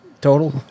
total